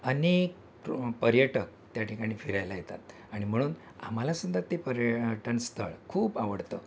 अनेक प्र पर्यटक त्या ठिकाणी फिरायला येतात आणि म्हणून आम्हाला सुद्धा ते पर्यटन स्थळ खूप आवडतं